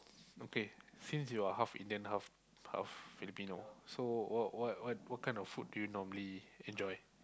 okay since you are half Indian half half Filipino so what what what kind of food do you normally enjoy